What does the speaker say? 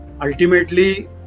Ultimately